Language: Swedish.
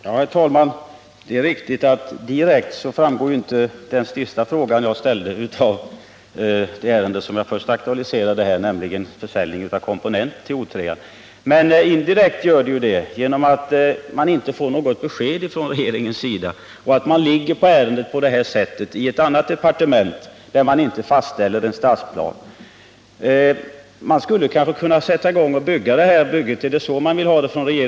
Herr talman! Det är riktigt att den sista frågan som jag ställde inte direkt framgår av det ärende som jag först aktualiserade, nämligen försäljningen av komponenter till Oskarshamnsverkets reaktor 3. Indirekt gör den dock det i och med att man inte får något besked från regeringen och genom att regeringen på det här sättet ligger på ärendet i ett annat departement, som inte fastställer ifrågavarande stadsplan. Man skulle kanske kunna sätta i gång med det här bygget. Är det så regeringen vill ha det?